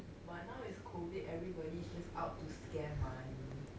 but now is COVID everybody's just out to scam money